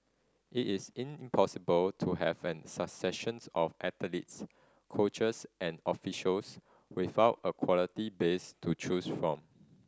it is impossible to have a succession of athletes coaches and officials without a quality base to choose from